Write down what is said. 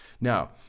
Now